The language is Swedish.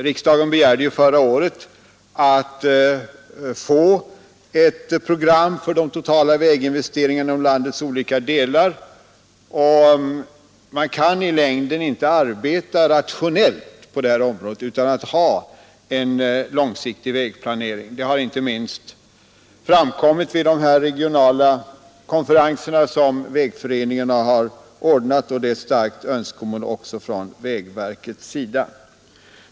Riksdagen begärde förra året att få ett program för de totala väginvesteringarna inom landets olika delar, och man kan i längden inte arbeta rationellt på området utan att ha en långsiktig vägplanering. Det har inte minst framkommit vid de regionala konferenser som Vägföreningen har anordnat, och det är ett starkt önskemål också från vägverkets sida.